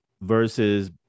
versus